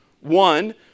One